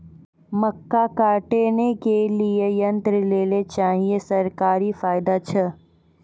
मक्का काटने के लिए यंत्र लेल चाहिए सरकारी फायदा छ?